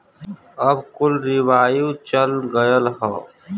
अब कुल रीवाइव चल गयल हौ